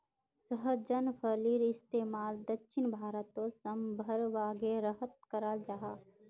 सहजन फलिर इस्तेमाल दक्षिण भारतोत साम्भर वागैरहत कराल जहा